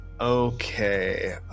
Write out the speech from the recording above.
Okay